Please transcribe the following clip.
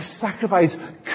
sacrifice